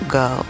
go